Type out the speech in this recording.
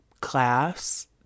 class